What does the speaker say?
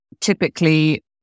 Typically